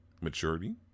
maturity